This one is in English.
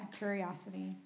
curiosity